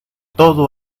todo